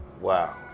wow